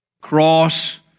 cross